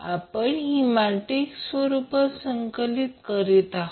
आपण ही मॅट्रिक्स रुपात संकलित करीत आहोत